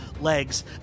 legs